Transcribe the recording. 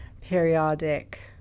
periodic